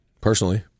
Personally